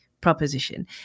proposition